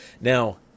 now